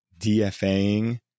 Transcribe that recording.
DFAing